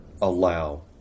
allow